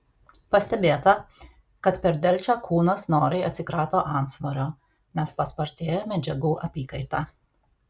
pastebėta kad per delčią kūnas noriai atsikrato antsvorio nes paspartėja medžiagų apykaita